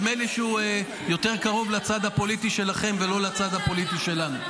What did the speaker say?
נדמה לי שהוא יותר קרוב לצד הפוליטי שלכם ולא לצד הפוליטי שלנו.